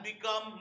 become